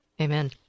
Amen